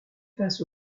face